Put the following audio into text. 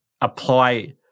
apply